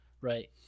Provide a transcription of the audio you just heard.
right